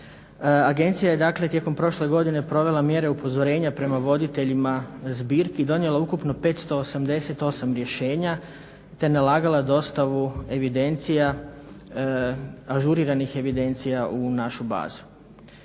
Agencija je dakle tijekom prošle godine provela mjere upozorenja prema voditeljima zbirki i donijela ukupno 588 rješenja te nalagala dostavu ažuriranih evidencija u našu bazu.